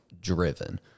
driven